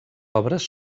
obres